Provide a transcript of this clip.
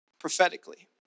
prophetically